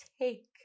take